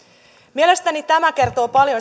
mielestäni tämä kertoo paljon